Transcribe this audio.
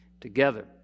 together